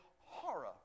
horror